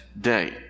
day